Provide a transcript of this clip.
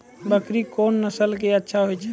बकरी कोन नस्ल के अच्छा होय छै?